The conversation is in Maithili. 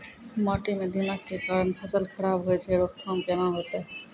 माटी म दीमक के कारण फसल खराब होय छै, रोकथाम केना होतै?